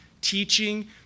teaching